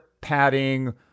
padding